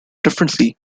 differently